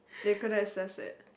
they couldn't access it